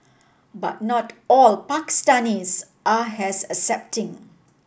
but not all Pakistanis are as accepting